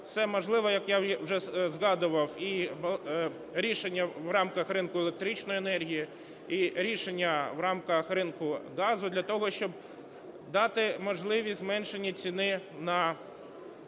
все можливе, як я вже згадував. І рішення в рамках ринку електричної енергії, і рішення в рамках ринку газу, для того щоб дати можливість зменшення ціни на основний